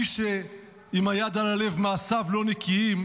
מי שעם היד על הלב ומעשיו לא נקיים,